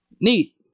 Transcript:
Neat